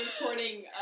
recording